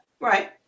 Right